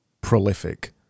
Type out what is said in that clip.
prolific